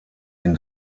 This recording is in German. ihn